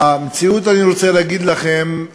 המציאות, אני רוצה להגיד לכם,